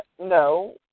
No